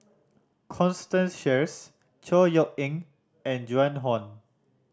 Constance Sheares Chor Yeok Eng and Joan Hon